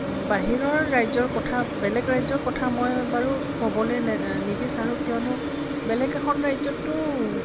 বাহিৰৰ ৰাজ্যৰ কথা বেলেগ ৰাজ্যৰ কথা মই বাৰু ক'বলে নিবিচাৰোঁ কিয়নো বেলেগ এখন ৰাজ্যতো